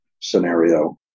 scenario